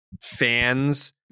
fans